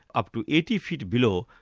up to eighty feet below,